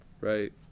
right